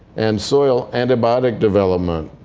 and soil antibiotic development.